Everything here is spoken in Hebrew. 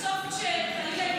בסוף, כשחלילה,